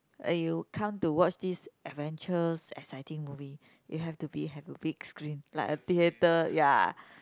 and you come to watch this adventure exciting movies you have to be have a big screen like a theatre ya